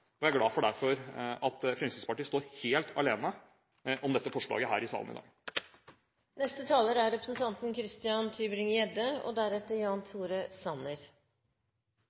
er jeg glad for at Fremskrittspartiet står helt alene om dette forslaget her i salen i dag.